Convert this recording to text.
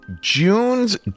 June's